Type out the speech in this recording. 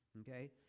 okay